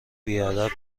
بیادب